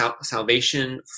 salvation